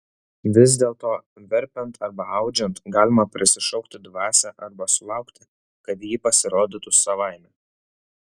vis dėlto verpiant arba audžiant galima prisišaukti dvasią arba sulaukti kad ji pasirodytų savaime